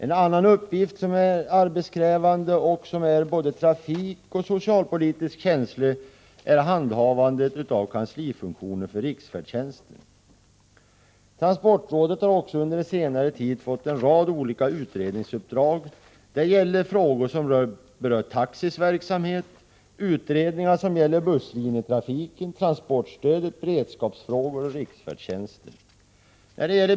En annan uppgift, som är arbetskrävande och som är både trafikoch socialpolitiskt känslig, är handhavandet av kanslifunktionen för riksfärdtjänsten. Transportrådet har också under senare tid fått en rad olika utredningsuppdrag. Det gäller frågor som berör taxis verksamhet, utredningar som gäller busslinjetrafiken, transportstödet, beredskapsfrågor och riksfärdtjänsten.